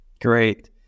Great